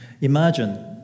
Imagine